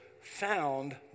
found